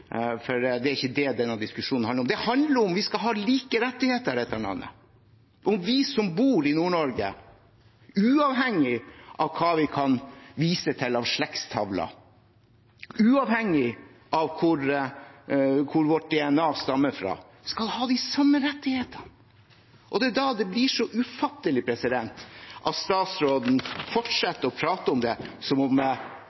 for det er ikke det denne diskusjonen handler om. Det handler om at vi skal ha like rettigheter i dette landet, om at vi som bor i Nord-Norge, uavhengig av hva vi kan vise til av slektstavler, uavhengig av hvor vårt DNA stammer fra, skal ha de samme rettighetene. Det er da det blir så ufattelig at statsråden